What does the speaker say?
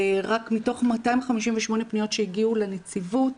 מתוך 258 פניות שהגיעו לנציבות,